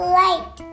light